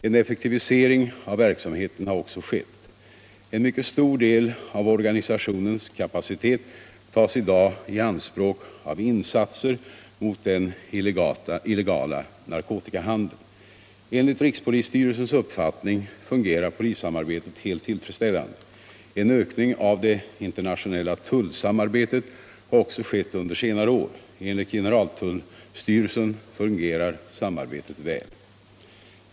En effektivisering av verksamheten har också skett. En mycket stor det av organisationens kapacitet tas i dag i anspråk av insatser mot den illegala narkotikahandeln. Enligt rikspolisstyrelsens uppfattning fungerar polissamarbetet helt tillfredsställande. En ökning av det internationella tullsamarbetet har också skett under senare år. Enligt generaltullstyrelsen fungerar samarbetet väl.